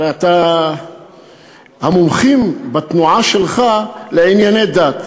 הרי אתה המומחה בתנועה שלך לענייני דת,